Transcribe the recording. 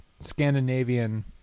Scandinavian